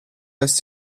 lässt